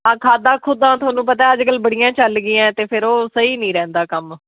ਆ ਖਾਦਾਂ ਖੂਦਾਂ ਤੁਹਾਨੂੰ ਪਤਾ ਅੱਜ ਕੱਲ੍ਹ ਬੜੀਆਂ ਚੱਲ ਗਈਆਂ ਅਤੇ ਫੇਰ ਉਹ ਸਹੀ ਨਹੀਂ ਰਹਿੰਦਾ ਕੰਮ